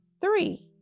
Three